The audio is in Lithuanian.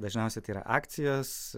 dažniausiai tai yra akcijos